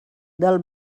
del